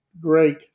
Great